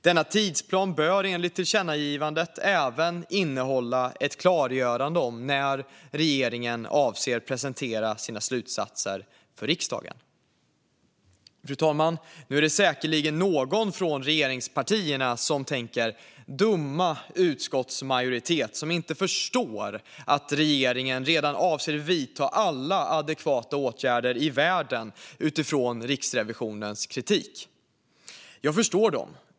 Denna tidsplan bör enligt tillkännagivandet även innehålla ett klargörande om när regeringen avser att presentera sina slutsatser för riksdagen. Fru talman! Nu är det säkerligen någon från regeringspartierna som tänker: Dumma utskottsmajoritet, som inte förstår att regeringen redan avser att vidta alla adekvata åtgärder i världen utifrån Riksrevisionens kritik! Jag förstår dem.